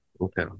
Okay